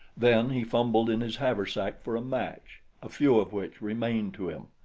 then he fumbled in his haversack for a match, a few of which remained to him.